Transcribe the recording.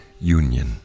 union